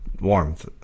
warmth